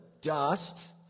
dust